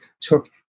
took